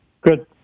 Good